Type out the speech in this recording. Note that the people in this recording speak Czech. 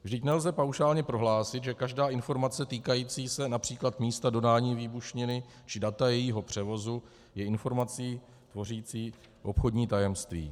Vždyť nelze paušálně prohlásit, že každá informace týkající se například místa dodání výbušniny či data jejího převozu je informací tvořící obchodní tajemství.